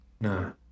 no